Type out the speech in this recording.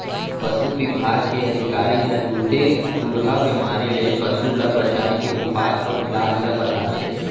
पसु बिभाग के अधिकारी ह तुरते खुरहा बेमारी ले पसु ल बचाए के उपाय अउ इलाज ल बताथें